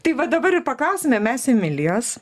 tai va dabar ir paklausime mes emilijos